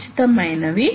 ఒకవేళ అయితే ఎలా